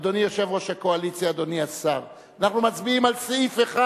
אדוני יושב-ראש הקואליציה, אדוני השר, על סעיף 1,